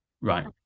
right